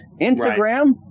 Instagram